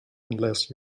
unless